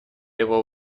его